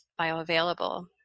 bioavailable